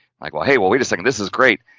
like, well hey, well wait a second this is great,